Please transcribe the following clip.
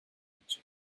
reached